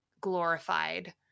glorified